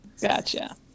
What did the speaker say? Gotcha